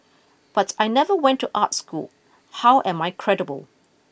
but I never went to art school how am I credible